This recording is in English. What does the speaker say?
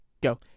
go